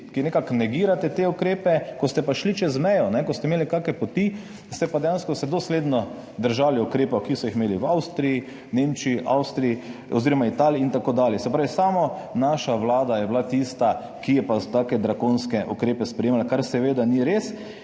ki nekako negirate te ukrepe, ko ste šli čez mejo, ko ste imeli kakšne poti, ste se pa dejansko dosledno držali ukrepov, ki so jih imeli v Avstriji, Nemčiji, Italiji in tako dalje. Se pravi, samo naša vlada je bila tista, ki je pa take drakonske ukrepe sprejemala, kar seveda ni res.